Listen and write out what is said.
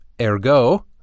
Ergo